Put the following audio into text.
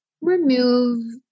remove